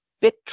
bit